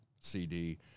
CD